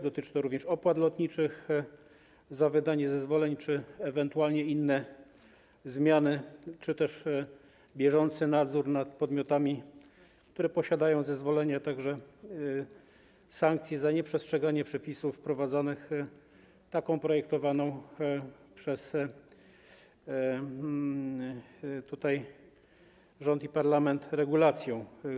Dotyczy to również opłat lotniczych za wydanie zezwoleń czy ewentualnie innych zmian, czy bieżącego nadzoru nad podmiotami, które posiadają zezwolenie, a także sankcji za nieprzestrzeganie przepisów wprowadzonych takimi projektowanymi przez rząd i parlament regulacjami.